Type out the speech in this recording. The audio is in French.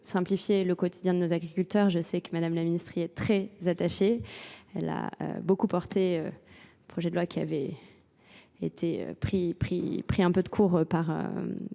le quotidien de nos agriculteurs, je sais que Madame la Ministrie est très attachée. Elle a beaucoup porté un projet de loi qui avait été pris un peu de cours par